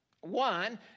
One